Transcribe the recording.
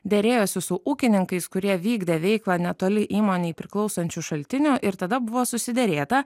derėjosi su ūkininkais kurie vykdė veiklą netoli įmonei priklausančių šaltinių ir tada buvo susiderėta